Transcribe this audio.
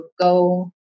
go